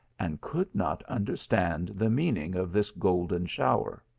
and could not understand the meaning of this golden shower.